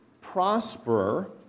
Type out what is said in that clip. prosper